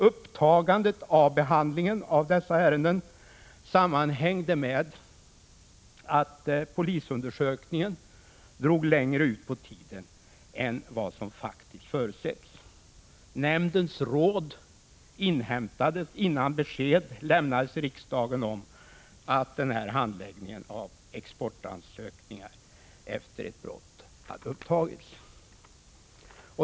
Upptagandet av behandlingen av dessa ärenden sammanhängde med att polisundersökningen drog längre ut på tiden än vad som förutsetts. Nämndens råd inhämtades innan besked lämnades i riksdagen om att handläggningen av exportansökningar efter ett avbrott hade upptagits.